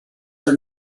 are